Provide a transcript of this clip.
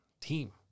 team